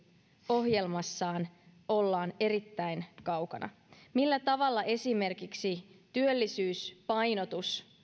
ohjelmassaan ollaan erittäin kaukana millä tavalla esimerkiksi työllisyyspainotus